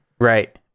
Right